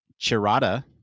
Chirata